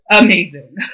amazing